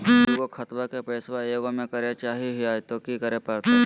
दू गो खतवा के पैसवा ए गो मे करे चाही हय तो कि करे परते?